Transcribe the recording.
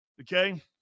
Okay